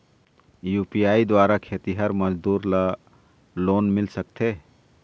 UPI द्वारा खेतीहर मजदूर ला लोन मिल सकथे?